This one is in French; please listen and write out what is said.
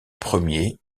premier